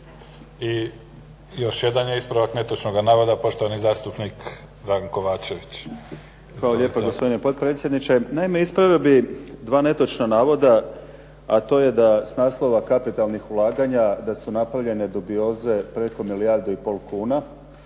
I još jedan je ispravak netočnoga navoda. Poštovani zastupnik Dragan Kovačević. Izvolite. **Kovačević, Dragan (HDZ)** Hvala lijepa, gospodine potpredsjedniče. Naime, ispravio bih dva netočna navoda, a to je da s naslova kapitalnih ulaganja da su napravljene dubioze preko milijardu i pol kuna,